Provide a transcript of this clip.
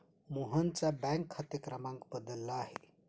मोहनचा बँक खाते क्रमांक बदलला आहे